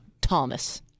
Thomas